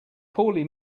poorly